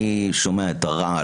אני שומע את הרעל